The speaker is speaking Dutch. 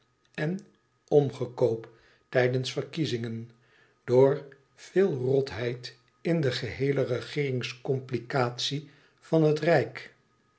en omgekoop tijdens verkiezingen door veel rotheid in de geheele regeeringscomplicatie van het rijk